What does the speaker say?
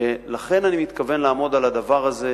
לכן אני מתכוון לדבר הזה.